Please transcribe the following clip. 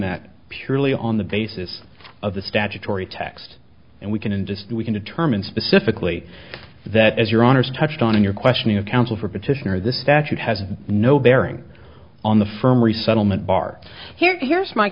that purely on the basis of the statutory text and we can induce that we can determine specifically that as your honour's touched on in your questioning of counsel for petitioner this statute has no bearing on the firm resettlement bar here here's my